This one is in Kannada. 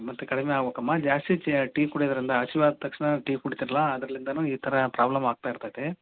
ಮತ್ತೆ ಕಡಿಮೆ ಆಗಬೇಕಮ್ಮ ಜಾಸ್ತಿ ಚ ಟೀ ಕುಡಿಯೋದ್ರಿಂದ ಹಸಿವ್ ಆದ ತಕ್ಷಣ ಟೀ ಕುಡಿತೀರಲ್ಲ ಅದರಿಂದನು ಈ ಥರ ಪ್ರಾಬ್ಲಮ್ ಆಗ್ತಾ ಇರ್ತೈತೆ